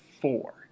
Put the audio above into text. four